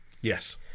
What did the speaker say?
Yes